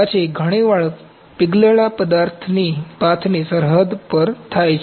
પછી ઘણીવાર પીગળેલા પાથની સરહદ પર થાય છે